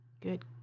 Good